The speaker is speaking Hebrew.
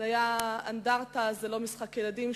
היתה האנדרטה "זה לא משחק ילדים",